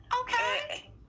okay